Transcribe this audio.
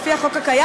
לפי החוק הקיים.